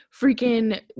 freaking